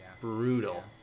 Brutal